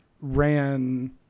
ran